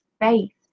faith